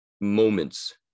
moments